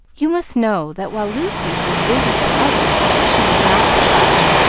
you must know that, while lucy was busy for others, she was not forgotten,